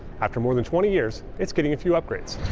after more than twenty years, it's getting a few upgrades